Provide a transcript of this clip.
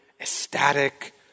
ecstatic